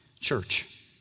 church